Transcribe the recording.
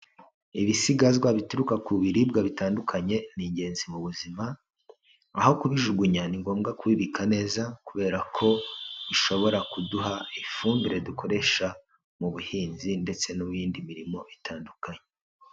Ibisigazwa bituruka ku biribwa bitandukanye ni ingenzi mu buzima, aho kubijugunya, ni ngombwa kubibika neza kubera ko bishobora kuduha ifumbire dukoresha mu buhinzi ndetse no mu yindi mirimo itandukanye.